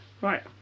Right